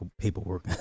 paperwork